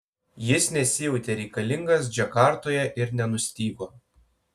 jis nesijautė reikalingas džakartoje ir nenustygo